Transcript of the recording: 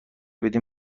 بدین